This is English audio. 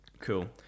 cool